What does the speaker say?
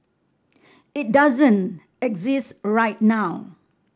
it doesn't exist right now